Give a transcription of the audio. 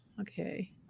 okay